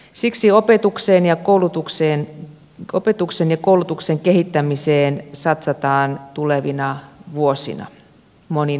siksi opetuksen ja koulutuksen kehittämiseen satsataan tulevina vuosina monin eri tavoin